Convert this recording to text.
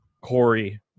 Corey